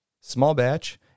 small-batch